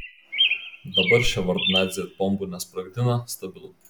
dabar ševardnadzė bombų nebesprogdina stabilu